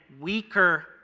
weaker